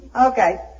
Okay